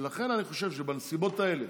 לכן אני חושב שבנסיבות האלה,